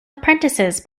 apprentices